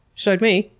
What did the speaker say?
showed me.